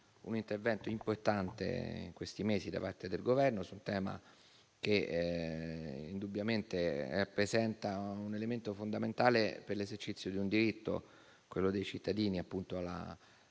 un intervento importante in questi mesi da parte del Governo su un tema che indubbiamente rappresenta un elemento fondamentale per l'esercizio del diritto dei cittadini di